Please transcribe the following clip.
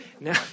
Now